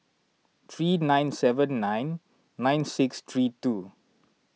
three nine seven nine nine six three two